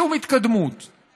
שום התקדמות,